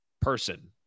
Person